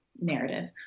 narrative